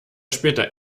später